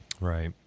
Right